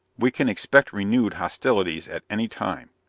we can expect renewed hostilities at any time!